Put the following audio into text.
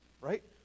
right